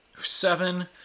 Seven